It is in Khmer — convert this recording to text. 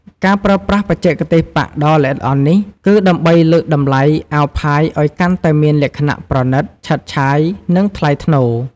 ការប្រើប្រាស់បច្ចេកទេសប៉ាក់ដ៏ល្អិតល្អន់នេះ គឺដើម្បីលើកតម្លៃអាវផាយឱ្យកាន់តែមានលក្ខណៈ ប្រណិត ឆើតឆាយ និងថ្លៃថ្នូរ។